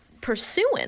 pursuing